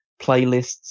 playlists